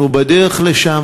אנחנו בדרך לשם,